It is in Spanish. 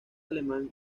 alemán